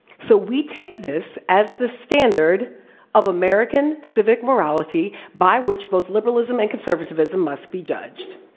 so, we take this as the standard of american civic morality by which both liberalism and conservatism must be judged.